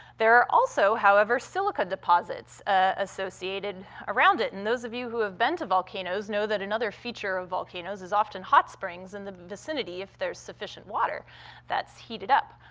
there are also, however, silica deposits ah associated around it, and those of you who have been to volcanoes know that another feature of volcanoes is often hot springs in the vicinity if there's sufficient water that's heated up.